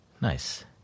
Nice